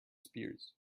spears